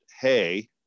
Hey